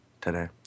today